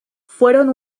fueron